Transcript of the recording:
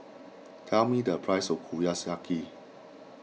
tell me the price of